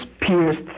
pierced